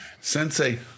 Sensei